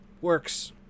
Works